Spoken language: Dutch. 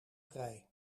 vrij